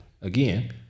Again